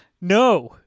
No